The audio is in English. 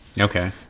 okay